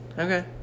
Okay